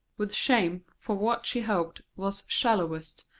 with shame for what she hoped was shallowest,